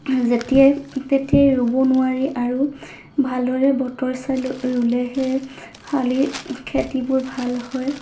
যেতিয়াই তেতিয়াই ৰুব নোৱাৰি আৰু ভালদৰে বতৰ চাই ৰুলেহে শালি খেতিবোৰ ভাল হয়